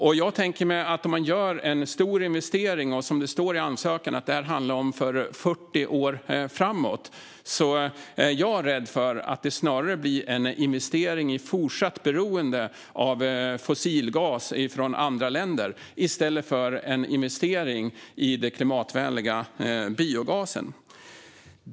Om man gör en stor investering - som det står i ansökan handlar det om en investering för 40 år framåt - är jag rädd för att det snarare blir en investering i fortsatt beroende av fossilgas från andra länder än en investering i den klimatvänliga biogasen.